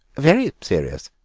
very serious.